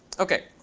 ok.